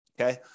Okay